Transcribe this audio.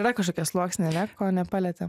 yra kažkokie sluoksniai ane ko nepalietėm